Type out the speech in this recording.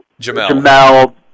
Jamel